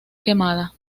quemada